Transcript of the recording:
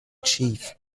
chief